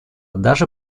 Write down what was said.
даже